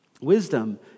Wisdom